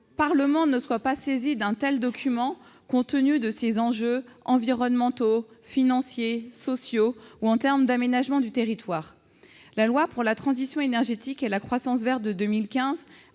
Parlement ne soit pas saisi d'un tel document, compte tenu de ses enjeux environnementaux, financiers, sociaux ou en termes d'aménagement du territoire. La loi relative à la transition énergétique pour la croissance verte de 2015